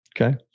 Okay